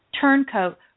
Turncoat